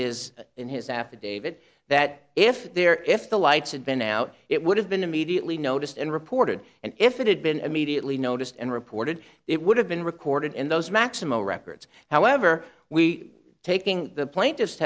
his in his affidavit that if there if the lights had been out it would have been immediately noticed and reported and if it had been immediately noticed and reported it would have been recorded in those maximo records however we are taking the plaint